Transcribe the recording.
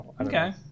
okay